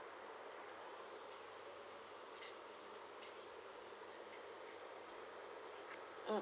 mm